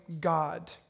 God